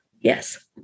Yes